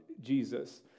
Jesus